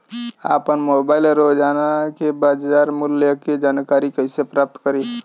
आपन मोबाइल रोजना के बाजार मुल्य के जानकारी कइसे प्राप्त करी?